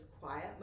quiet